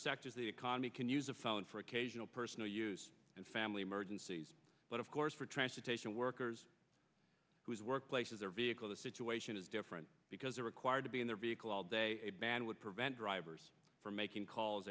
sectors the economy can use a phone for occasional personal use and family emergencies but of course for transportation workers whose workplace is their vehicle the situation is different because they're required to be in their vehicle all day a ban would prevent drivers from making calls